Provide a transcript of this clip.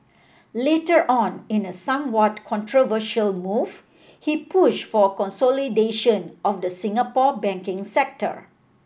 later on in a somewhat controversial move he pushed for consolidation of the Singapore banking sector